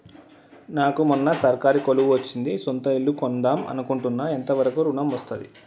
నాకు మొన్న సర్కారీ కొలువు వచ్చింది సొంత ఇల్లు కొన్దాం అనుకుంటున్నా ఎంత వరకు ఋణం వస్తది?